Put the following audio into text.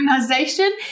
organization